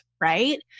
right